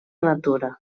natura